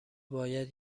باید